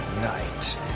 night